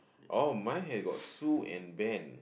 oh my had got Sue and Ben